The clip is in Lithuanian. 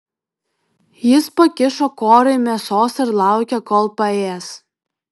jis pakišo korai mėsos ir laukė kol paės